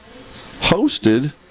hosted